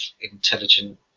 intelligent